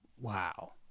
Wow